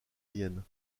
vienne